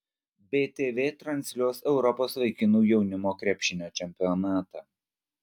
btv transliuos europos vaikinų jaunimo krepšinio čempionatą